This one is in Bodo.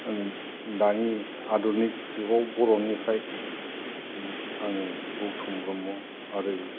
दानि आदरनि जुगाव बर' निफ्राय आङो गौथम ब्रह्म आरो